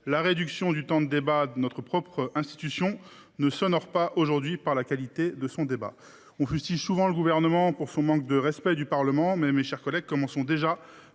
la réduction du temps de débat, notre propre institution ne s’honore pas aujourd’hui. On fustige souvent le Gouvernement pour son manque de respect du Parlement, mais, mes chers collègues, commençons déjà